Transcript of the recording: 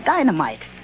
Dynamite